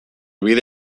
bide